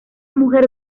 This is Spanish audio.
mujer